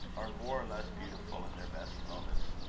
are more or less beautiful in their best moments.